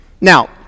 Now